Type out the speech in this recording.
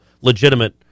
legitimate